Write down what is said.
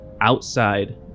outside